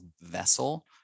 vessel